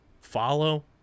follow